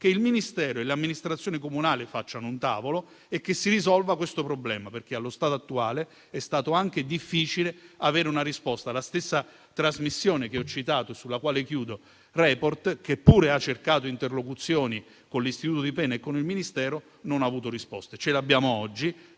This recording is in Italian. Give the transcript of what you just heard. il Ministero e l'amministrazione comunale facciano un tavolo e si risolva questo problema, perché allo stato attuale è stato difficile avere una risposta anche per la stessa trasmissione che ho citato, «Report», che pure ha cercato interlocuzioni con l'istituto di pena e con il Ministero; risposta che abbiamo oggi